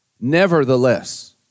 Nevertheless